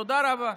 תודה רבה.